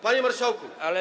Panie marszałku, ale.